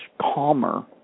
calmer